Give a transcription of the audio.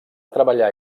treballar